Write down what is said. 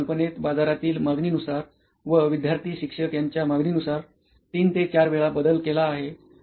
आम्ही या कल्पनेत बाजारातील मागणी नुसार व विद्यार्थी शिक्षक यांच्या मागणी नुसार ३ ते ४ वेळा बदल केला आहे